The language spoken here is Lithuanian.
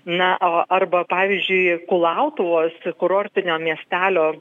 na o arba pavyzdžiui kulautuvos kurortinio miestelio